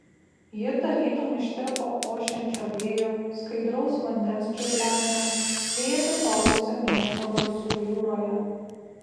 ji tarytum ištirpo ošiančio vėjo skaidraus vandens čiurlenimo bei atitolusio miesto garsų jūroje